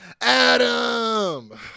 Adam